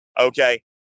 Okay